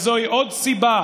וזאת עוד סיבה